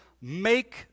make